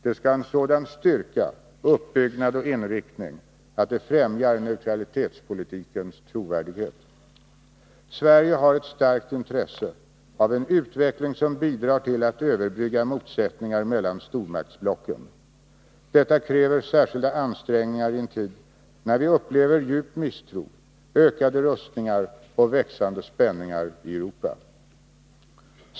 Det skall ha en sådan styrka, uppbyggnad och inriktning, att det främjar neutralitetspolitikens trovärdighet. Sverige har ett starkt intresse av en utveckling som bidrar till att överbrygga motsättningar mellan stormaktsblocken. Detta kräver särskilda ansträngningar i en tid när vi upplever djup misstro, ökade rustningar och växande spänningar I Europa.